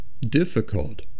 difficult